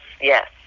yes